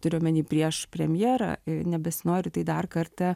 turiu omeny prieš premjerą nebesinori į tai dar kartą